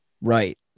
right